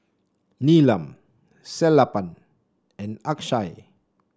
Neelam Sellapan and Akshay